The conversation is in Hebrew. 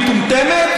היא מטומטמת,